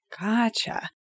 Gotcha